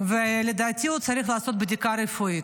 ולדעתי הוא צריך לעשות בדיקה רפואית.